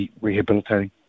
rehabilitating